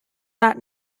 not